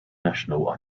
national